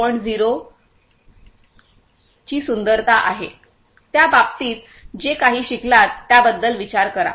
0 की सुंदरता आहे त्या बाबतीत जे काही शिकलात त्याबद्दल विचार करा